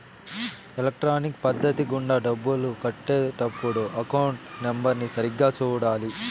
electronic పద్ధతి గుండా డబ్బులు కట్టే టప్పుడు అకౌంట్ నెంబర్ని సరిగ్గా సూడాలి